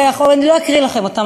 לא אקריא לכם אותן,